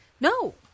No